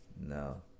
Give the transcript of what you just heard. No